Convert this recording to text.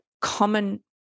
common